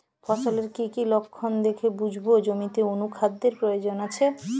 ফসলের কি কি লক্ষণ দেখে বুঝব জমিতে অনুখাদ্যের প্রয়োজন আছে?